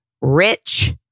rich